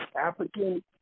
African